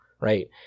Right